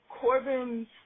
Corbin's